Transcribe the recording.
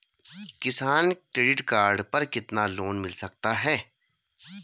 किसान credit card पर कितना लोंन मिल सकता है?